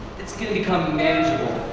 it's going to become manageable.